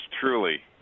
truly